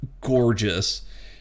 gorgeous